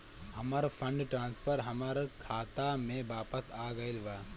हमर fund transfer हमर खाता में वापस आ गईल बा